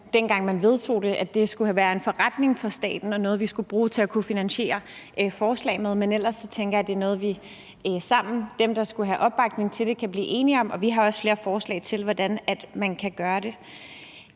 dengang man vedtog det, skulle være en forretning for staten og noget, vi skulle bruge til at kunne finansiere forslag med. Men ellers tænker jeg, at det er noget, vi sammen, dem, der skulle have opbakning til det, kan blive enige om. Og vi har også flere forslag til, hvordan man kan gøre det.